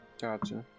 Gotcha